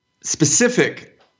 specific